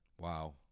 Wow